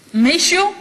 מישהו,